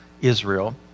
Israel